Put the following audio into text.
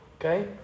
Okay